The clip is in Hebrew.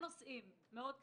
נושאים מאד קצרים: